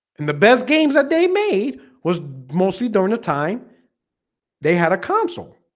in the best games that they made was mostly during the time they had a console